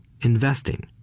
investing